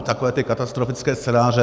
Takové ty katastrofické scénáře...